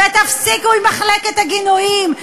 ותפסיקו עם מחלקת הגינויים,